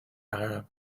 arab